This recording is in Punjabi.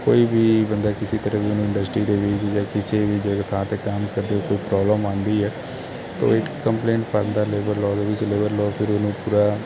ਕੋਈ ਵੀ ਬੰਦਾ ਕਿਸੇ ਤਰ੍ਹਾਂ ਵੀ ਨਹੀਂ ਇੰਡਸਟਰੀ ਦੇ ਵਿੱਚ ਜਾਂ ਕਿਸੇ ਵੀ ਜਗ੍ਹਾ ਥਾਂ 'ਤੇ ਕੰਮ ਕਰਦੇ ਹੋ ਕੋਈ ਪ੍ਰੋਬਲਮ ਆਉਂਦੀ ਹੈ ਤਾਂ ਉਹ ਇੱਕ ਕੰਪਲੇਂਟ ਕਰਦਾ ਲੇਵਰ ਲੋਅ ਦੇ ਵਿੱਚ ਲੇਬਰ ਲੋਅ ਫਿਰ ਉਹਨੂੰ ਪੂਰਾ